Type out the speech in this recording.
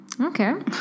Okay